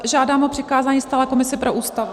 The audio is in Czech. Žádám o přikázání stálé komisi pro Ústavu.